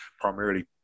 primarily